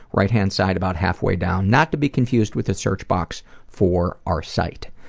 right hand side about halfway down. not to be confused with the search box for our site.